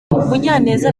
munyaneza